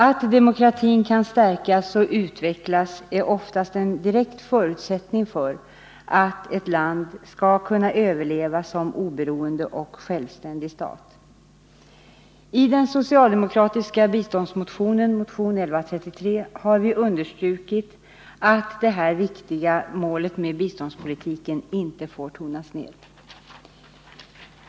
Att demokratin kan stärkas och utvecklas är oftast en direkt förutsättning för att ett land skall kunna överleva som oberoende och självständig stat. I den socialdemokratiska biståndsmotionen, motion 1133, har vi understrukit att detta viktiga mål för biståndspolitiken inte får tonas ned.